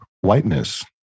whiteness